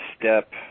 step